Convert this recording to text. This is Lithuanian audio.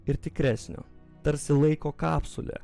ir tikresnio tarsi laiko kapsulė